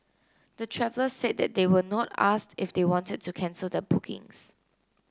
the travellers said they were not asked if they wanted to cancel their bookings